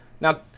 Now